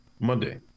Monday